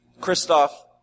Christoph